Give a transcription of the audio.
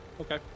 Okay